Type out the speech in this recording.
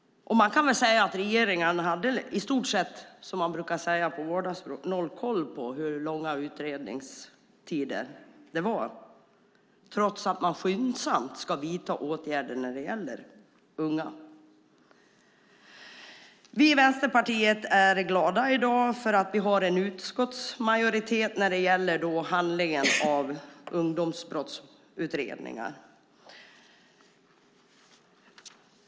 Man kan säga att regeringen hade i stort sett noll koll, som man brukar säga på vardagsspråk, på hur långa utredningstider det var trots att man skyndsamt ska vidta åtgärder när det gäller unga. Vi i Vänsterpartiet är glada i dag för att vi har en utskottsmajoritet när det gäller handläggningen av ungdomsbrottsutredningar.